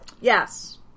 yes